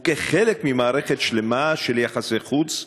וכחלק ממערכת שלמה של יחסי חוץ,